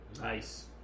Nice